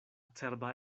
cerba